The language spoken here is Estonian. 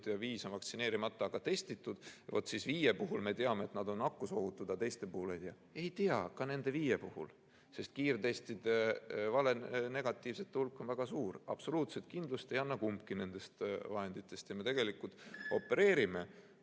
ja viis on vaktsineerimata, aga testitud, siis nende viie puhul me teame, et nad on nakkusohutud, aga teiste puhul ei tea. Ei tea ka nende viie puhul, sest kiirtestide valenegatiivsete hulk on väga suur, absoluutset kindlust ei anna kumbki nendest vahenditest. Me tegelikult opereerime